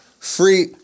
Free